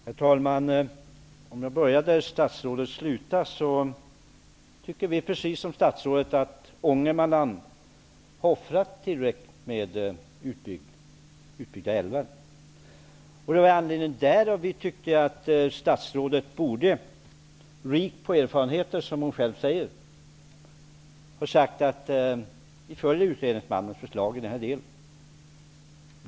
Herr talman! För att börja där statsrådet slutade tycker vi, precis som statsrådet, att Ångermanland har offrat tillräckligt i form av älvutbyggnader. Det var med anledning därav som vi tyckte att statsrådet, rikt på erfarenheter, som hon själv säger, borde ha följt utredningsmannens förslag i denna del.